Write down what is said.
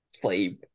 play